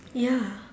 ya